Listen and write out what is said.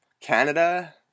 Canada